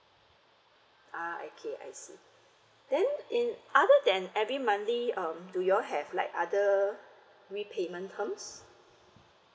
ah okay I see then in other than every monthly um do you all have like other repayment terms